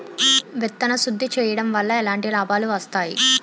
విత్తన శుద్ధి చేయడం వల్ల ఎలాంటి లాభాలు వస్తాయి?